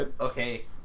okay